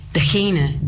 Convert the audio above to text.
Degenen